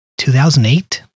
2008